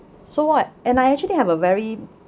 so what and I actually have a very